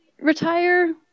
retire